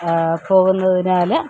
പോകുന്നതിനാൽ